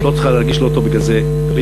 את לא צריכה להרגיש לא טוב בגלל זה, אני